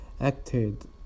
acted